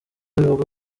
bivugwa